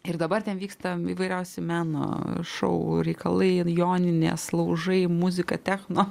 ir dabar ten vyksta įvairiausi meno šou reikalai ir joninės laužai muzika techno